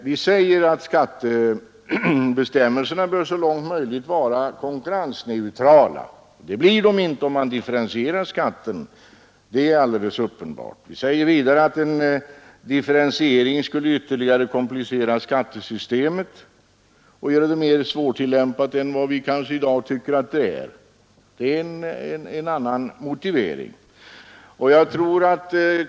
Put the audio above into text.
Vi säger att skattebestämmelserna så långt möjligt bör vara konkurrensneutrala, och det blir de alldeles uppenbart inte om man differentierar skatten. Vi säger vidare att en differentiering ytterligare skulle komplicera skattesystemet och göra det mer svårtillämpat än vad vi i dag kanske tycker att det är. Det är en annan motivering.